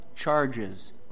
Charges